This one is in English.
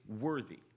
worthy